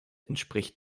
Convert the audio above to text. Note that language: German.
entspricht